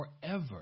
forever